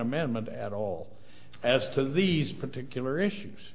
amendment at all as to these particular issues